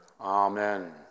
Amen